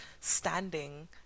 standing